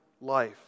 life